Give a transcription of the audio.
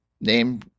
name